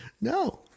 No